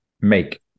make